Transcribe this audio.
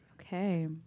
okay